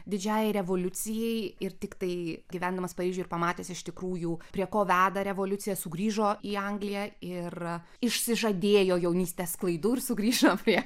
didžiajai revoliucijai ir tiktai gyvendamas paryžiuje ir pamatęs iš tikrųjų prie ko veda revoliucija sugrįžo į angliją ir išsižadėjo jaunystės klaidų ir sugrįžo prie